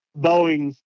Boeing